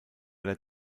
der